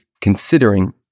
considering